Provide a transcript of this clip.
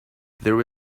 there